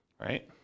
right